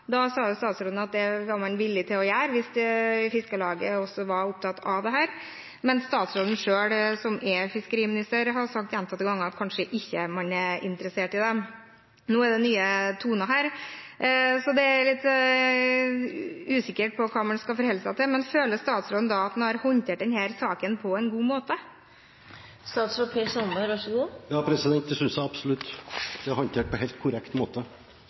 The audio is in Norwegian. Da sa statsråden at det var man villig til å gjøre hvis Fiskarlaget også var opptatt av dette. Men statsråden selv, som er fiskeriminister, har sagt gjentatte ganger at man kanskje ikke er interessert i det. Nå er det nye toner her, så jeg er litt usikker på hva man skal forholde seg til. Men føler statsråden at han har håndtert denne saken på en god måte? Ja, det synes jeg absolutt. Det er håndtert på helt korrekt måte.